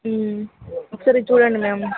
ఒకసారి చూడండి మ్యామ్